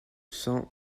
cent